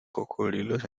cocodrilos